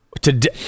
Today